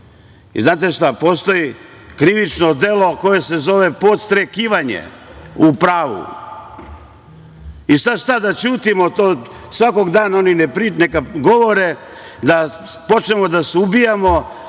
Znate šta, postoji krivično delo koje se zove podstrekivanje u pravu. Sada treba da ćutimo? Svakog dana oni neka govore, da počnemo da se ubijamo